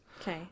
Okay